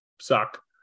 suck